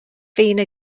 fine